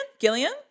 Gillian